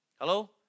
Hello